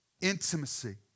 intimacy